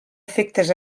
efectes